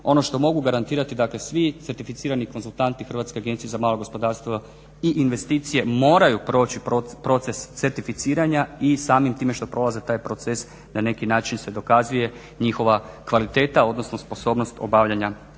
ono što mogu garantirati dakle svi certificirani konzultanti HAMAG INVEST-a moraju proći proces certificiranja i samim time što prolaze taj proces na neki način se dokazuje njihova kvaliteta odnosno sposobnost obavljanja